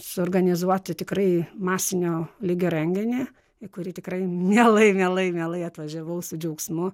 suorganizuoti tikrai masinio lygio renginį į kurį tikrai mielai mielai mielai atvažiavau su džiaugsmu